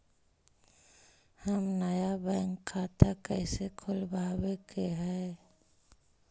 हम नया बैंक खाता कैसे खोलबाबे के है?